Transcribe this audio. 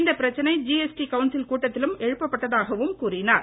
இந்த பிரச்னை GST council கூட்டத்திலும் எழுப்பப்பட்டதாகவும் கூறினார்